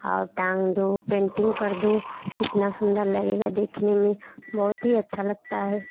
और टांग दो पेंटिंग कर दो कितना सुंदर लगेगा देखने में बहुत ही अच्छा लगता है